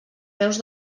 peus